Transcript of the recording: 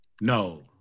No